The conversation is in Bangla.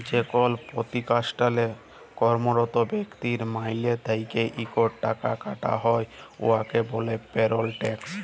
যেকল পতিষ্ঠালে কম্মরত ব্যক্তির মাইলে থ্যাইকে ইকট টাকা কাটা হ্যয় উয়াকে ব্যলে পেরল ট্যাক্স